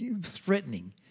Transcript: threatening